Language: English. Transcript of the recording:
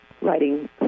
writing